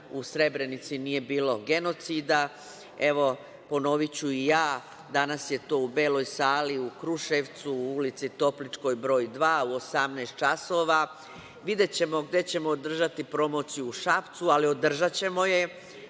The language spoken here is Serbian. „U Srebrenici nije bilo genocida“. Evo, ponoviću i ja, danas je to u beloj sali u Kruševcu, u ulici Topličkoj broj 2. u 18 časova. Videćemo gde ćemo održati promociji u Šapcu, ali održaćemo je.